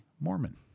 Mormon